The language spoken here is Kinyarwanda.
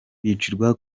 bicirwa